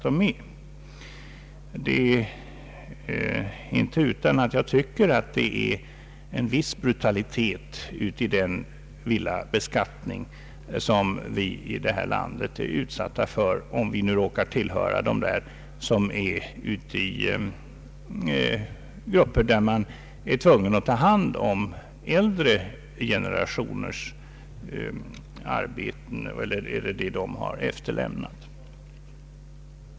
Det är inte utan att jag tycker att det finns ett drag av brutalitet i den villabeskattning som vi här i landet är utsatta för, om vi råkar tillhöra de grup per som måste ta hand om vad den äldre generationen har efterlämnat.